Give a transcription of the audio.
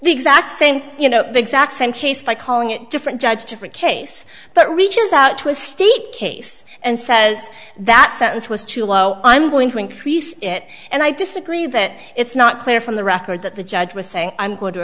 the exact same you know the exact same case by calling it a different judge different case but reaches out to a state case and says that sentence was too low i'm going to increase it and i disagree that it's not clear from the record that the judge was